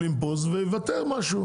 מהאולימפוס ויוותר על משהו.